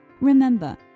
remember